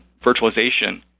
virtualization